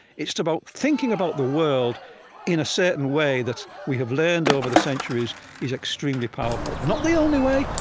it's about thinking about the world in a certain way that we have learned over the centuries is extremely powerful. not the only way,